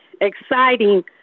exciting